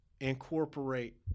incorporate